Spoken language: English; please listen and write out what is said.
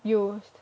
used